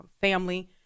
family